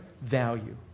value